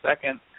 second